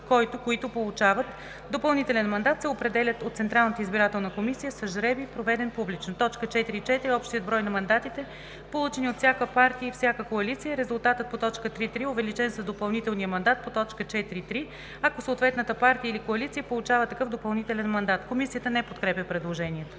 който/които получава(т) допълнителен мандат се определя(т) от Централната избирателна комисия с жребий, проведен публично. 4.4. Общият брой на мандатите, получени от всяка партия и всяка коалиция е резултатът по т.3.3, увеличен с допълнителния мандат по т. 4.3, ако съответната партия или коалиция получава такъв допълнителен мандат.“ Комисията не подкрепя предложението.